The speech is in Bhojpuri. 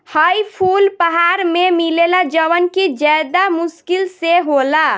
हई फूल पहाड़ में मिलेला जवन कि ज्यदा मुश्किल से होला